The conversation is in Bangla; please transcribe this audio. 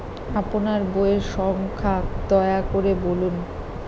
আপনার বইয়ের সংখ্যা দয়া করে বলুন?